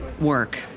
work